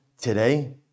today